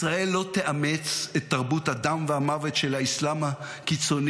ישראל לא תאמץ את תרבות הדם והמוות של האסלאם הקיצוני,